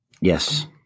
Yes